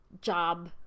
job